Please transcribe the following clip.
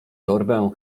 torbę